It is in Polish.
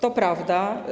To prawda.